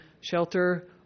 shelter